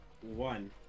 One